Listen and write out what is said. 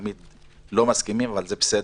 תמיד אנחנו לא מסכימים, אבל זה בסדר.